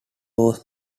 was